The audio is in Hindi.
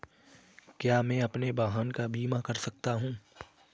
क्या मैं अपने वाहन का बीमा कर सकता हूँ?